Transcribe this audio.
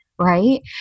Right